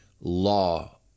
law